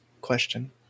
question